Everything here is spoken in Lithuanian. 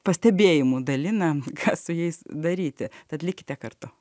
pastebėjimų dalina ką su jais daryti tad likite kartu